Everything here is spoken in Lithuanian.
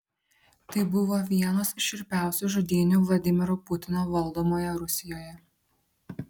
tai buvo vienos iš šiurpiausių žudynių vladimiro putino valdomoje rusijoje